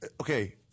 Okay